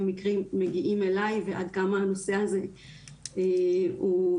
מקרים מגיעים אליי ועד כמה הנושא הזה הוא בשיח